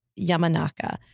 Yamanaka